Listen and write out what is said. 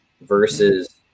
versus